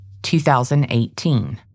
2018